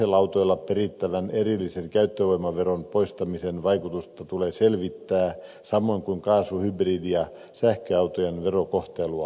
dieselautoilta perittävän erillisen käyttövoimaveron poistamisen vaikutusta tulee selvittää samoin kuin kaasu hybridi ja sähköautojen verokohtelua